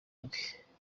bwe